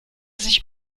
sich